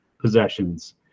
possessions